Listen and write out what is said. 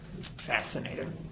Fascinating